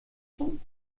schon